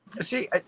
See